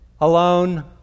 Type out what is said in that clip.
alone